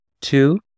two